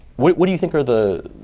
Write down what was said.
what what do you think are the